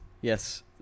yes